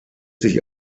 sich